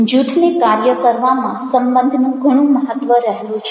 જૂથને કાર્ય કરવામાં સંબંધનું ઘણું મહત્ત્વ રહેલું છે